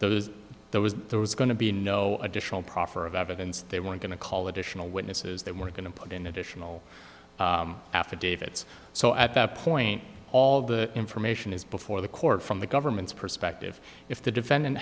those there was there was going to be no additional proffer of evidence they were going to call additional witnesses they were going to put in additional affidavits so at that point all the information is before the court from the government's perspective if the defendant